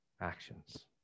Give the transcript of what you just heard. actions